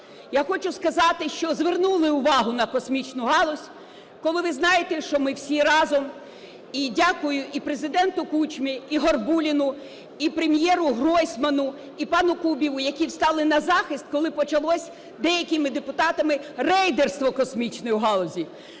Я хочу сказати, що звернули увагу на космічну галузь, коли ви знаєте, що ми всі разом, і дякую і Президенту Кучмі, і Горбуліну, і Прем'єру Гройсману, і пану Кубіву, які стали на захист, коли почалося деякими депутатами рейдерство космічної галузі.